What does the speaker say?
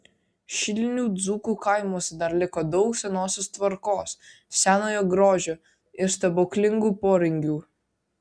šilinių dzūkų kaimuose dar liko daug senosios tvarkos senojo grožio ir stebuklingų poringių